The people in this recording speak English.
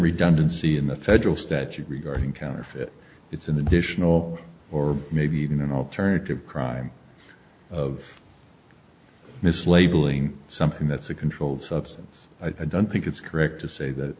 redundancy in the federal statute regarding counterfeit it's an additional or maybe even an alternative crime of mislabeling something that's a controlled substance i don't think it's correct to say that